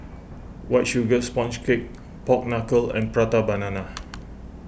White Sugar Sponge Cake Pork Knuckle and Prata Banana